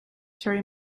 terry